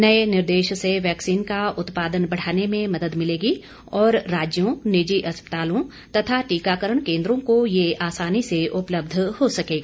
नए निर्देश से वैक्सीन का उत्पादन बढाने में मदद मिलेगी और राज्यों निजी अस्पतालों तथा टीकाकरण केन्द्रों को यह आसानी से उपलब्ध हो सकेगा